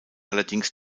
allerdings